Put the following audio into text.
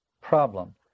problem